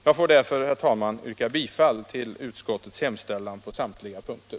Jag vill, herr talman, yrka bifall till utskottets hemställan på samtliga punkter.